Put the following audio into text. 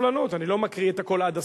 חכה בסבלנות, אני לא מקריא את הכול עד הסוף.